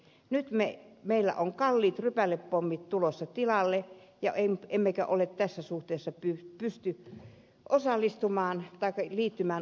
nyt meillä on kalliit rypälepommit tulossa tilalle jaen mikä oli tässä suhteessa emmekä pysty liittymään oslon sopimukseen